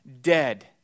dead